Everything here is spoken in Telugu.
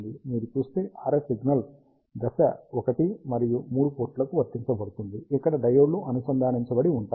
మీరు చూస్తే RF సిగ్నల్ దశ ఒకటి మరియు మూడు పోర్టులకు వర్తించబడుతుంది ఇక్కడ డయోడ్లు అనుసంధానించబడి ఉంటాయి